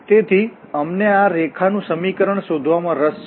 તેથી અમને આ રેખા નું સમીકરણ શોધવામાં રસ છે